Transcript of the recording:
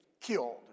killed